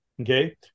Okay